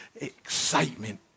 Excitement